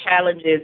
challenges